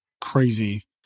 Crazy